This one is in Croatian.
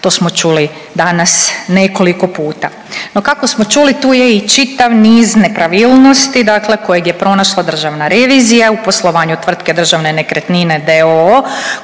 to smo čuli danas nekoliko puta. No kako smo čuli tu je i čitav niz nepravilnosti kojeg je pronašla Državna revizija u poslovanju tvrtke Državne nekretnine